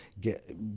get